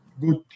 good